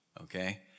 Okay